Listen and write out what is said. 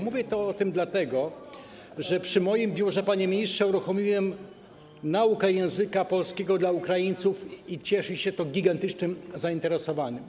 Mówię o tym dlatego, że przy moim biurze, panie ministrze, uruchomiłem naukę języka polskiego dla Ukraińców i cieszy się to gigantycznym zainteresowaniem.